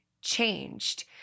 changed